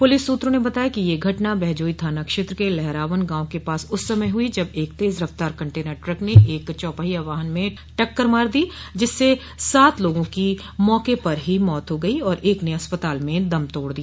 police सूत्रों ने बताया कि यह घटना बहजोई थाना क्षेत्र के लहरावन गांव के पास उस समय हुई जब एक तेज रफ्तार कन्टेनर ट्रक ने एक चौपहिया वाहन में टक्कर मार दी जिससे सात लोगों की मौके पर ही मौत हो गयी और एक ने अस्पताल में दम तोड़ दिया